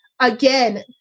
Again